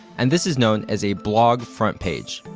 and this is known as a blog front page.